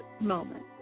moment